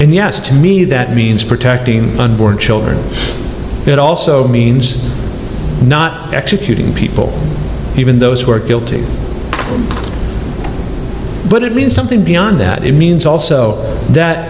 and yes to me that means protecting unborn children it also means not executing people even those who are guilty but it means something beyond that it means also that